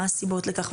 מה הסיבות לכך,